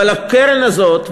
אבל הקרן הזאת,